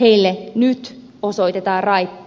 heille nyt osoitetaan raippaa